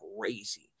crazy